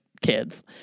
Kids